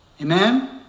Amen